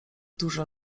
duże